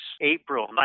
April